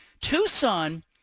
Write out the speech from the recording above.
Tucson